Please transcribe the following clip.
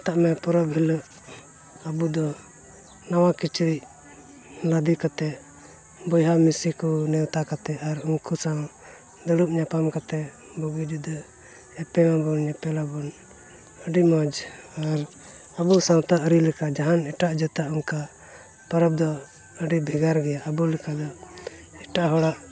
ᱱᱮᱛᱟᱨ ᱢᱟ ᱯᱚᱨᱚᱵᱽ ᱦᱤᱞᱳᱜ ᱟᱵᱚ ᱫᱚ ᱱᱚᱣᱟ ᱠᱤᱪᱨᱤᱡ ᱞᱟᱫᱮ ᱠᱟᱛᱮ ᱵᱚᱭᱦᱟ ᱢᱤᱥᱤ ᱠᱚ ᱱᱮᱣᱛᱟ ᱠᱟᱛᱮ ᱟᱨ ᱩᱱᱠᱩ ᱥᱟᱶ ᱫᱩᱲᱩᱵ ᱧᱟᱯᱟᱢ ᱠᱟᱛᱮ ᱵᱩᱜᱤ ᱡᱩᱫᱟᱹ ᱮᱯᱮᱢ ᱟᱵᱚᱱ ᱧᱮᱯᱮᱞ ᱟᱵᱚᱱ ᱟᱹᱰᱤ ᱢᱚᱡᱽ ᱟᱨ ᱟᱵᱚ ᱥᱟᱶᱛᱟ ᱟᱹᱨᱤ ᱞᱮᱠᱟᱱ ᱡᱟᱦᱟᱱ ᱮᱴᱟᱜ ᱡᱟᱹᱛᱟᱜ ᱚᱱᱠᱟ ᱯᱚᱨᱚᱵᱽ ᱫᱚ ᱵᱷᱮᱜᱟᱨ ᱜᱮᱭᱟ ᱟᱵᱚ ᱞᱮᱠᱟᱱᱟᱜ ᱮᱴᱟᱜ ᱦᱚᱲᱟᱜ